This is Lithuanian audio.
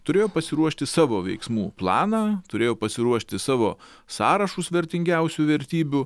turėjo pasiruošti savo veiksmų planą turėjo pasiruošti savo sąrašus vertingiausių vertybių